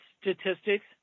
statistics